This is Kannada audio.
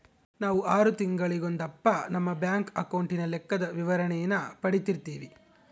ನಾವು ಆರು ತಿಂಗಳಿಗೊಂದಪ್ಪ ನಮ್ಮ ಬ್ಯಾಂಕ್ ಅಕೌಂಟಿನ ಲೆಕ್ಕದ ವಿವರಣೇನ ಪಡೀತಿರ್ತೀವಿ